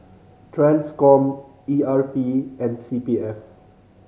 Transcom E R P and C P F